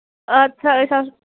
اَدٕ سا أسۍ حظ